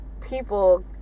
people